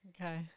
Okay